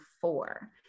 four